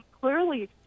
clearly